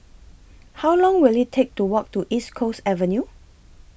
How Long Will IT Take to Walk to East Coast Avenue